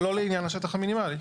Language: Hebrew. לא לעניין השטח המינימלי.